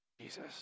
Jesus